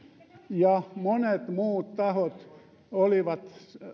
ja monet muut tahot olivat